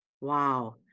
wow